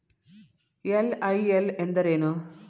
LIL ಎಂದರೇನು?